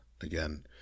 again